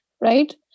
right